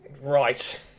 Right